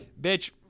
bitch